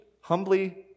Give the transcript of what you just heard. humbly